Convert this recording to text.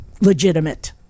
legitimate